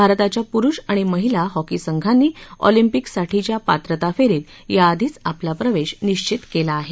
भारताच्या पुरष आणि महिला हॉकी संघांनी ऑलिम्पिकसाठीच्या पात्रता फेरीत याआधीच आपला प्रवेश सुनिश्वित केला आहे